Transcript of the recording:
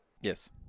Yes